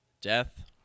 death